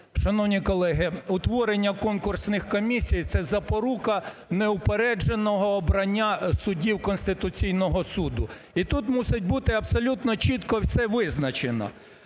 Шановні колеги, утворення конкурсних комісій – це запорука неупередженого обрання суддів Конституційного Суду. І тут мусить бути абсолютно чітко все визначено.